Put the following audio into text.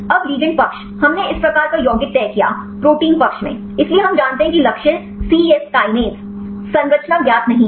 अब लिगैंड पक्ष हमने इस प्रकार का यौगिक तय किया प्रोटीन पक्ष में इसलिए हम जानते हैं कि लक्ष्य सी यस कीनेस संरचना ज्ञात नहीं है